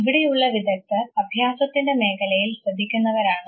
ഇവിടെയുള്ള വിദഗ്ധർ അഭ്യാസത്തിൻറെ മേഖലയിൽ ശ്രദ്ധിക്കുന്നവരാണ്